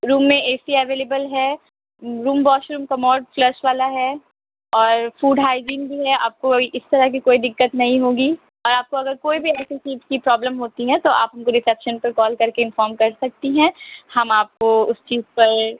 روم میں A C available ہے room washroom commode flush والا ہے اور فوڈ ہائجین بھی ہے آپ کو اس طرح کی کوئی دقت نہیں ہوگی اور آپ کو اگر کوئی بھی ایسی چیز کی پرابلم ہوتی ہے تو آپ ان کو ریسیپشن پر کال کر کے انفارم کر سکتی ہیں ہم آپ کو اس چیز پر